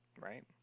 Right